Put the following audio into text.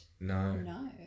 no